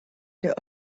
der